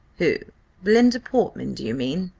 who belinda portman, do you mean?